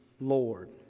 Lord